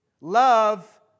love